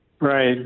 Right